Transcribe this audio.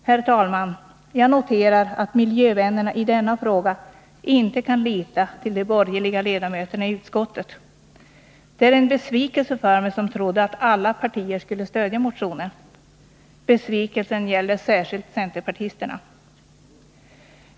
Herr talman! Jag noterar att miljövännerna i denna fråga inte kan lita till de borgerliga ledamöterna i utskottet. Det är en besvikelse för mig, då jag trodde att alla partier skulle stödja motionen. Besvikelsen gäller särskilt centerpartisterna.